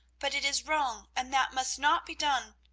but it is wrong, and that must not be done.